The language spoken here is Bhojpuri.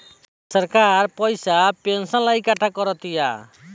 सरकार पइसा पेंशन ला इकट्ठा करा तिया